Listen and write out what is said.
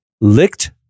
licked